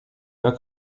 jak